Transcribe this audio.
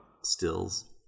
stills